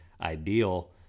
ideal